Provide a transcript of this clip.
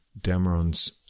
Dameron's